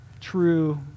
true